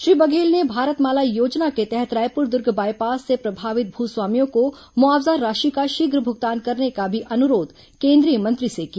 श्री बघेल ने भारत माला योजना के तहत रायपुर दुर्ग बायपास से प्रभावित भू स्वामियों को मुआवजा राशि का शीघ्र भुगतान करने का भी अनुरोध केंद्रीय मंत्री से किया